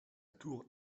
tour